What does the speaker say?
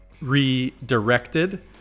redirected